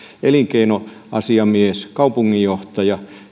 elinkeinoasiamies kaupunginjohtaja